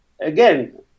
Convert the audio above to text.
again